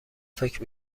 فکر